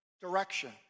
direction